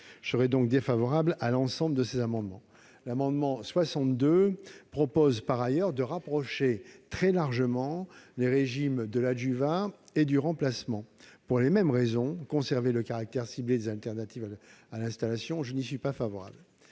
Je suis donc défavorable à l'ensemble de ces amendements. L'amendement n° 62 rectifié tend, lui, à rapprocher très largement les régimes de l'adjuvat et du remplacement. Pour la même raison- conserver le caractère ciblé des alternatives à l'installation -, je n'y suis pas favorable.